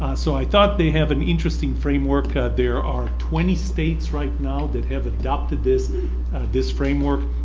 so i thought they have an interesting framework. there are twenty states right now that have adopted this this framework.